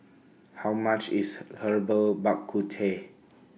How much IS Herbal Bak Ku Teh